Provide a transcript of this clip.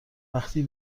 وقتی